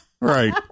Right